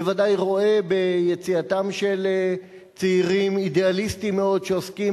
בוודאי רואה ביציאתם של צעירים אידיאליסטים מאוד שעוסקים